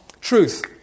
truth